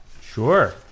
Sure